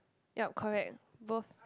ya correct both